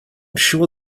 sure